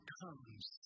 comes